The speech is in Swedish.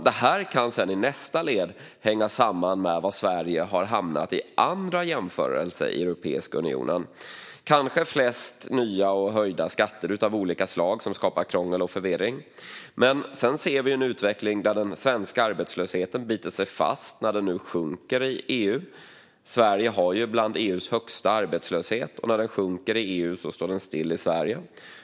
Det här kan sedan, i nästa led, hänga samman med var Sverige har hamnat i andra jämförelser i Europeiska unionen - kanske flest nya och höjda skatter av olika slag som skapar krångel och förvirring. Vi ser också en utveckling där den svenska arbetslösheten biter sig fast medan den sjunker i EU. Sverige har bland EU:s högsta arbetslöshet, och när den sjunker i EU står den still i Sverige.